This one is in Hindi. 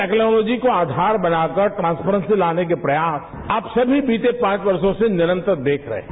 टेक्नोतॉजी को आयार बनाकर ट्रांसप्रैसी लाने के प्रयास अब से भी बीते पांच वर्षों से निरंतर देख रहे हैं